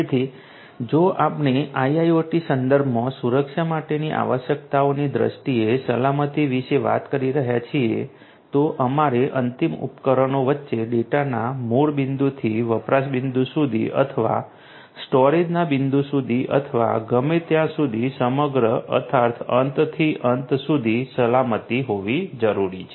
તેથી જો આપણે આઈઆઈઓટી સંદર્ભમાં સુરક્ષા માટેની આવશ્યકતાઓની દ્રષ્ટિએ સલામતી વિશે વાત કરી રહ્યા છીએ તો અમારે અંતિમ ઉપકરણો વચ્ચે ડેટાના મૂળ બિંદુથી વપરાશ બિંદુસુધી અથવા સ્ટોરેજના બિંદુ સુધી અથવા ગમે ત્યાંસુધી સમગ્ર અર્થાત અંત થી અંતસુધી સલામતી હોવી જરૂરી છે